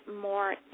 more